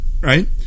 right